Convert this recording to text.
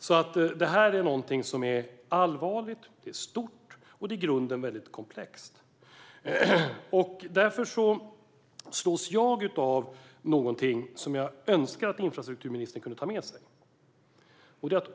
Detta är alltså någonting som är allvarligt, stort och i grunden mycket komplext. Jag slås därför av någonting som jag önskar att infrastrukturministern kan ta med sig.